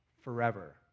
forever